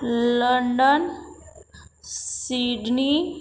London Sydney